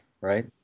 right